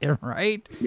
Right